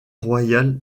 royale